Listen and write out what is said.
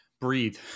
breathe